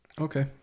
Okay